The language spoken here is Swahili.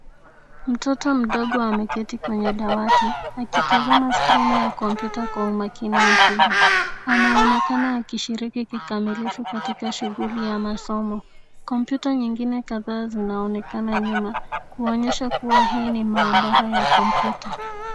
Mtoto mdogo ameketi kwenye dawati, akitazama skirini ya kompyuta kwa umakini mkubwa. Anaonekana akishiriki kikamilifu katika shughuli ya masomo. Kompyuta nyingine kadhaa zinaonekana nyuma, kuonyesha kua hii ni maabara ya kompyuta.